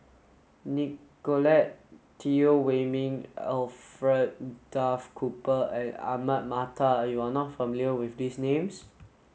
Nicolette Teo Wei min Alfred Duff Cooper and Ahmad Mattar you are not familiar with these names